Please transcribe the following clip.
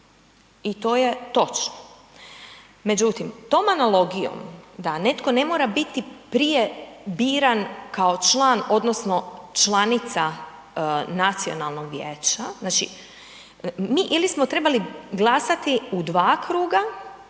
i to je točno. Međutim, tom analogijom da netko ne mora biti prije biran kao član odnosno članica nacionalnog vijeća, znači mi ili smo trebali glasati u dva kruga,